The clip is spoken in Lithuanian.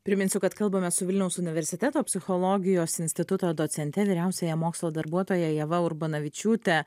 priminsiu kad kalbamės su vilniaus universiteto psichologijos instituto docente vyriausiąja mokslo darbuotoja ieva urbanavičiūte